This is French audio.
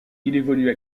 évolue